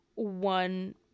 One